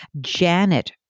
Janet